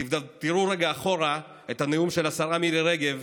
תראו רגע אחורה את הנאום של השרה מירי רגב,